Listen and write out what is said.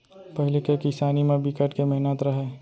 पहिली के किसानी म बिकट के मेहनत रहय